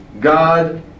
God